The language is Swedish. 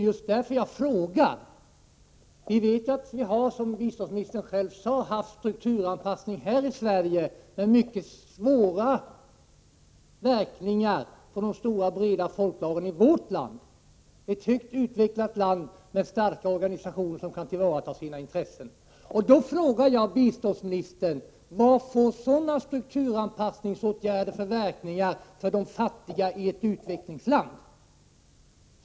Jag frågar därför att vi vet, som biståndsministern själv sade, att vi har genomfört en strukturanpassning här i Sverige som har fått mycket svåra verkningar för de stora breda folklagren. Ändå gäller det vårt land — ett högt utvecklat land med starka organisationer som kan tillvarata sina intressen. Jag frågar därför biståndsministern vilka verkningar sådana strukturanpassningsåtgärder får för de fattiga i ett utvecklingsland.